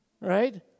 right